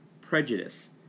prejudice